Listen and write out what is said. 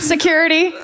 Security